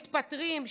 מתפטרים,